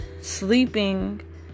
sleeping